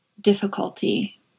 difficulty